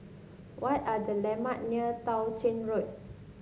what are the landmark near Tao Ching Road